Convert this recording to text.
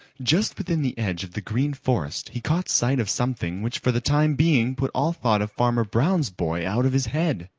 just within the edge of the green forest he caught sight of something which for the time being put all thought of farmer brown's boy out of his head.